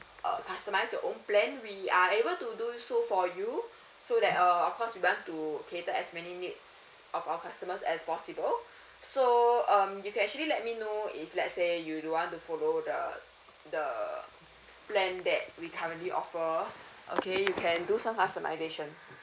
uh customise your own plan we are able to do so for you so that err of course we want to cater as many needs of our customers as possible so um you can actually let me know if let's say you don't want to follow the the plan that we currently offer okay you can do some customisation